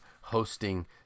hosting